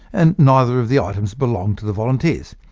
and neither of the items belonged to the volunteers.